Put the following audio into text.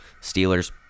Steelers